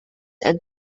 and